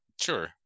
Sure